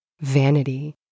vanity